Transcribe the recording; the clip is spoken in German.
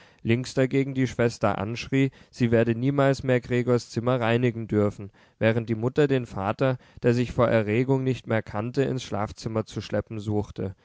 links dagegen die schwester anschrie sie werde niemals mehr gregors zimmer reinigen dürfen während die mutter den vater der sich vor erregung nicht mehr kannte ins schlafzimmer zu schleppen suchte